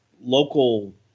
local